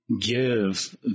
give